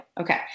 Okay